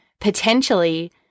potentially